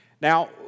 Now